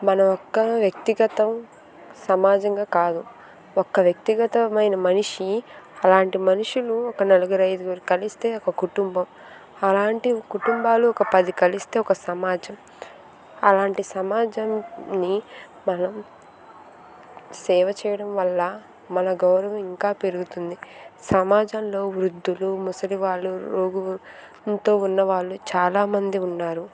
మనం ఒక్క వ్యక్తిగతం సమాజంగా కాదు ఒక్క వ్యక్తిగతమైన మనిషి అలాంటి మనుషులు ఒక నలుగురైదుగురు కలిస్తే ఒక కుటుంబం అలాంటి కుటుంబాలు ఒక పది కలిస్తే ఒక సమాజం అలాంటి సమాజం నీ బలం సేవ చేయడం వల్ల మన గౌరవం ఇంకా పెరుగుతుంది సమాజంలో వృద్ధులు ముసలి వాళ్ళు రోగులు ఇంట్లో ఉన్న వాళ్ళు చాలామంది ఉన్నారు